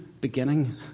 beginning